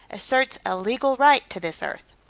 asserts a legal right to this earth.